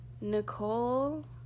Nicole